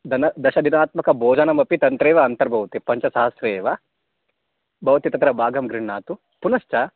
दश दशदिनात्मकभोजनमपि तत्रैव अन्तर्भवति पञ्चसहस्रे एव भवति तत्र भागं गृण्हातु पुनश्च